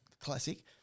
classic